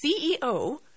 CEO